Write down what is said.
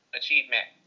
achievement